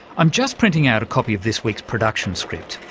i'm just printing out a copy of this week's production script.